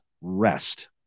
rest